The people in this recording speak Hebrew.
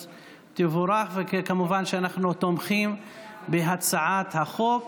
תבורך, וכמובן, אנחנו תומכים בהצעת החוק.